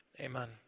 Amen